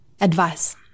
Advice